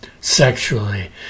sexually